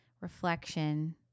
reflection